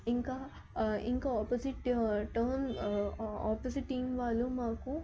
ఇంకా ఇంకా opposite tone opposite team వాళ్ళు మాకు